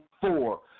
four